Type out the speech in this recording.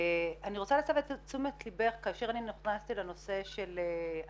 אני רוצה להסב את תשומת לבך שכאשר נכנסתי לנושא של הטיפול